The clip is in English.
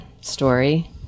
story